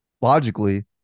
logically